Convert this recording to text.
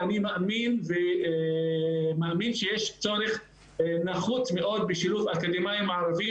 אני מאמין שיש צורך בשילוב אקדמאים ערבים